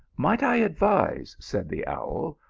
might i advise, said the owl,